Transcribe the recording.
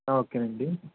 okay నండి